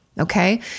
Okay